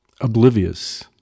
oblivious